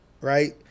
right